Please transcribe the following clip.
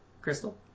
Crystal